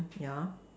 ya